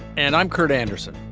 and i'm kurt andersen